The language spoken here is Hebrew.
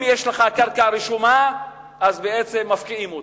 אם יש לך קרקע רשומה אז בעצם מפקיעים אותה.